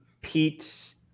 Pete